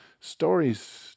stories